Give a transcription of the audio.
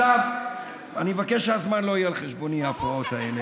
אני מבקש שהזמן לא יהיה על חשבוני, ההפרעות האלה.